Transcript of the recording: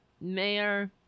Mayor